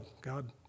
God